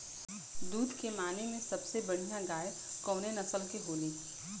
दुध के माने मे सबसे बढ़ियां गाय कवने नस्ल के होली?